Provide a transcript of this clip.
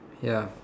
ya